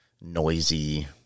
noisy